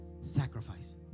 sacrifice